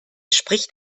spricht